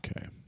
Okay